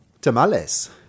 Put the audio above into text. Tamales